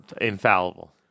infallible